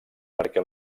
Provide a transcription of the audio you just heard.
perquè